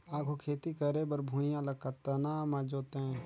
आघु खेती करे बर भुइयां ल कतना म जोतेयं?